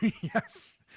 yes